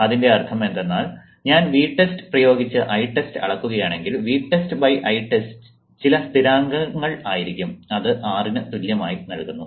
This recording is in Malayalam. അതിന്റെ അർത്ഥം എന്തെന്നാൽ ഞാൻ Vtest പ്രയോഗിച്ച് Itest അളക്കുകയാണെങ്കിൽ Vtest Itest ചില സ്ഥിരാങ്കങ്ങൾ ആയിരിക്കും അത് Rനു തുല്യമായി നൽകുന്നു